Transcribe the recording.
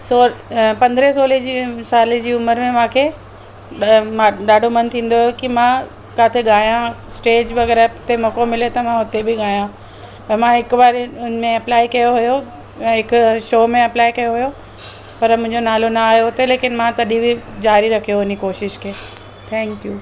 सो पंद्रहं सोले जी हुअमि साल जी हुअमि पर मूंखे ॾाढो मनु थींदो हुओ की मां काथे ॻाया स्टेज वग़ैरह ते मौक़ो मिले त मां हुते बि ॻाया और मां हिकु बारी इन में अप्लाई कयो हुओ हिकु शो में अप्लाई कयो हुओ पर मुंहिंजो नालो न आहियो हुते लेकिन मां तॾहिं बि ज़ारी रखियो हुन जी कोशिश खे थैंक्यू